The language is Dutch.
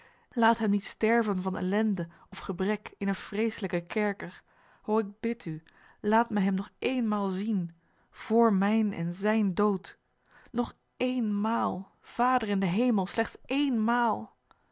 laat hem niet sterven van ellende en gebrek in een vreeselijken kerker o ik bid u laat mij hem nog éénmaal zien voor mijn en zijn dood nog éénmaal vader in den hemel slechts éénmaal